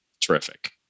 terrific